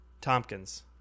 Tompkins